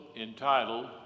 entitled